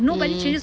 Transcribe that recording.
mmhmm